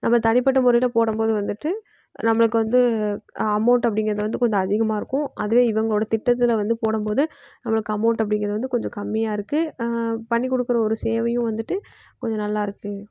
நம்ம தனிபட்ட முறையில் போடும்போது வந்துட்டு நம்மளுக்கு வந்து அமௌண்ட் அப்படிங்கறது வந்து கொஞ்சம் அதிகமாக இருக்கும் அதுவே இவர்களோட திட்டத்தில் வந்து போடும்போது நம்ளுக்கு அமௌண்ட் அப்படிங்கறது வந்து கொஞ்சம் கம்மியாக இருக்குது பண்ணி கொடுக்கற ஒரு சேவையும் வந்துட்டு கொஞ்சம் நல்லா இருக்குது